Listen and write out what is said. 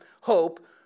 hope